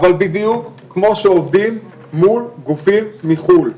אבל בדיוק כמו שעובדים מול גופים מחו"ל.